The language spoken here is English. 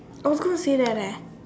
I was going to say that eh